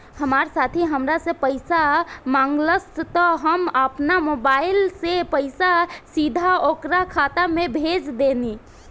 हमार साथी हामरा से पइसा मगलस त हम आपना मोबाइल से पइसा सीधा ओकरा खाता में भेज देहनी